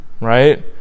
right